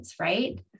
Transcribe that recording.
right